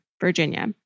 Virginia